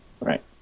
Right